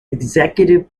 executive